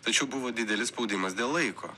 tačiau buvo didelis spaudimas dėl laiko